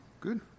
Good